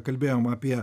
kalbėjom apie